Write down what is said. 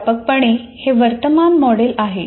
व्यापकपणे हे current model आहे